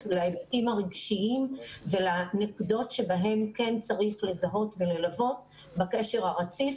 להיבטים הרגשיים ולנקודות שבהם כן צריך לזהות וללוות בקשר הרציף.